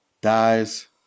dies